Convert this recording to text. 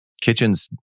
Kitchen's